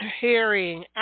hearing